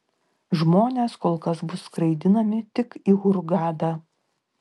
žmonės kol kas bus skraidinami tik į hurgadą